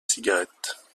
cigarette